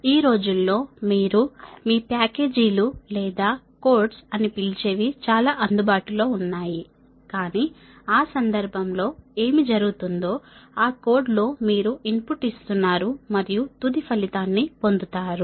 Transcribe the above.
ఈ రోజుల్లో మీరు మీ ప్యాకేజీలు లేదా కోడ్స్ అని పిలిచేవి చాలా అందుబాటులో ఉన్నాయి కానీ ఆ సందర్భంలో ఏమి జరుగుతుందో ఆ కోడ్లో మీరు ఇన్పుట్ ఇస్తున్నారు మరియు తుది ఫలితాన్ని పొందుతారు